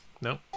no